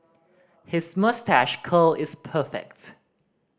his moustache curl is perfect